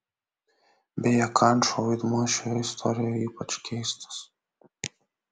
beje kančo vaidmuo šioje istorijoje ypač keistas